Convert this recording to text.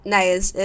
nice